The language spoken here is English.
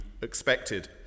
expected